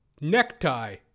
necktie